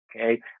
Okay